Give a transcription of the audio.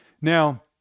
Now